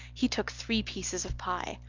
he took three pieces of pie.